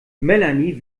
melanie